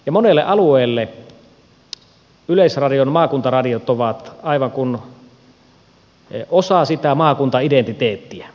monelle alueelle yleisradion maakuntaradiot ovat aivan kuin osa sitä maakuntaidentiteettiä